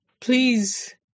please